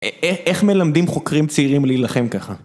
איך מלמדים חוקרים צעירים להילחם ככה?